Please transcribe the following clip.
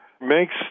makes